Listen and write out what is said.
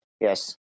Yes